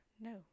No